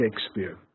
Shakespeare